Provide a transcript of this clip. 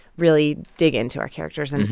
really dig into our characters. and